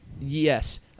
Yes